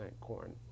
corn